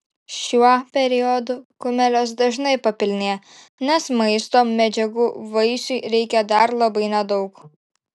šiuo periodu kumelės dažnai papilnėja nes maisto medžiagų vaisiui reikia dar labai nedaug